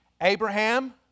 Abraham